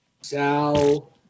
Sal